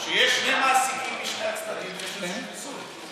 כשיש שני מעסיקים משני הצדדים, יש, פיצול.